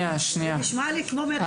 זה נשמע לי כמו מריחה.